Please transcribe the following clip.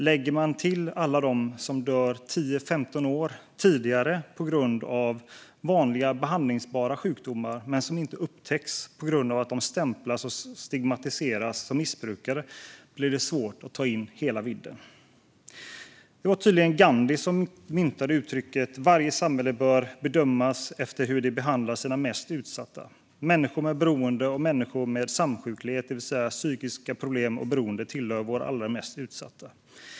Lägger man till alla dem som dör 10-15 år för tidigt på grund av vanliga behandlingsbara sjukdomar som inte upptäcks på grund av att man stämplas och stigmatiseras som missbrukare blir det svårt att ta in hela vidden. Det var tydligen Gandhi som myntade uttrycket "varje samhälle bör bedömas efter hur det behandlar sina mest utsatta". Människor med beroende och människor med samsjuklighet, det vill säga psykiska problem och beroende, tillhör våra allra mest utsatta.